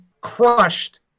crushed